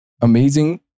amazing